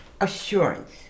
assurance